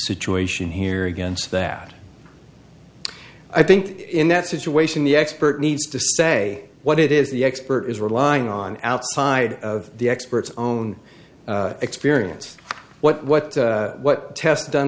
situation here against that i think in that situation the expert needs to say what it is the expert is relying on outside of the experts own experience what what what tests done